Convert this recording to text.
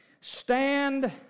Stand